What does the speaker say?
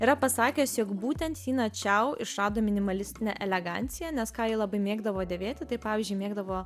yra pasakęs jog būtent tina čiau išrado minimalistinę eleganciją nes ką ji labai mėgdavo dėvėti tai pavyzdžiui mėgdavo